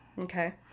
Okay